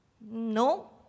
No